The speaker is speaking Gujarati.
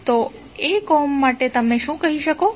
તો 1 ઓહ્મ માટે તમે શું કહો છો